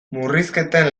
murrizketen